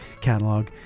catalog